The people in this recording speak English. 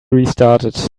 restarted